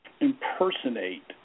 impersonate